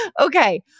Okay